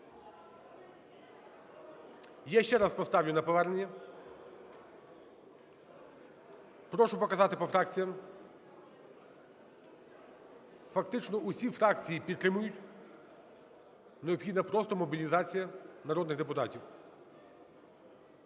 Я ще раз поставлю на повернення. Прошу показати по фракціям. Фактично усі фракції підтримують. Необхідна просто мобілізація народних депутатів.